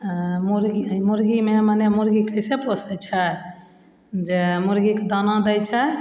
मुरगी मुरगीमे मने मुरगी कइसे पोसै छै जे मुरगीके दाना दै छै